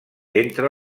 entre